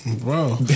Bro